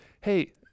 hey